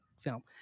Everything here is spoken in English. film